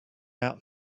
out